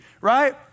right